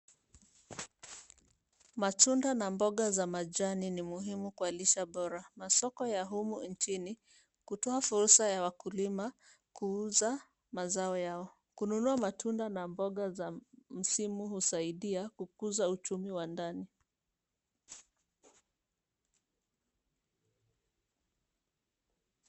Matunda na mboga za majani ni muhimu kuwa lishe bora. Masoko ya humu nchini hutoa fursa ya wakulima kuuza mazao yao. Kununua matunda na mboga za msimu husaidia kukuza uchumi wa ndani.